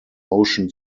ocean